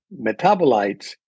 metabolites